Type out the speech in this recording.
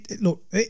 Look